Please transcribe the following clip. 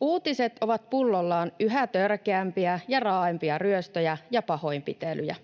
Uutiset ovat pullollaan yhä törkeämpiä ja raaempia ryöstöjä ja pahoinpitelyjä.